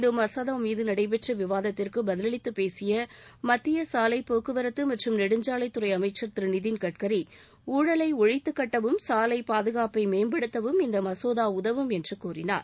இந்த மசோதா மீது நடைபெற்ற விவாதத்திற்கு பதிலளித்துப் பேசிய மத்திய சாலைபோக்குவரத்து மற்றும் நெடுஞ்சாலைத்துறை அமைச்சர் திரு நிதின் கட்கரி ஊழலை ஒழிக்கவும் சாலை பாதுகாப்பை மேம்படுத்தவும் இந்த மசோதா உதவும் என்று கூறினார்